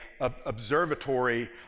observatory